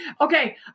Okay